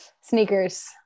Sneakers